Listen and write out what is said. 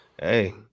hey